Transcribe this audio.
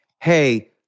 hey